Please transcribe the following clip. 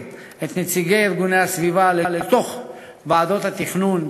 את נציגי ארגוני הסביבה לוועדות התכנון,